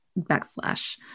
backslash